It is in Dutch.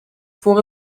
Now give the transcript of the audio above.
voor